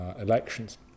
elections